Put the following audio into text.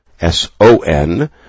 S-O-N